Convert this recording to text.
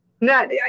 No